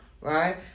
right